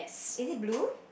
is it blue